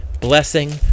blessing